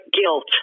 guilt